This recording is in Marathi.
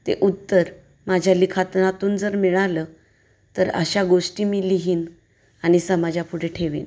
ते उत्तर माझ्या लिखाणातून जर मिळालं तर अशा गोष्टी मी लिहिन आणि समाजापुढे ठेवीन